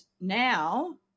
now